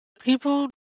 people